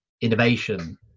innovation